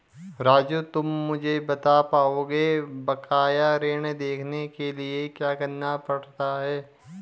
राजू तुम मुझे बता पाओगे बकाया ऋण देखने के लिए क्या करना पड़ता है?